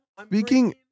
Speaking